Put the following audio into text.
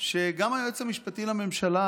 בדיוק כמו היועץ המשפטי לממשלה,